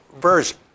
version